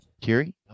Kiri